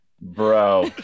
Bro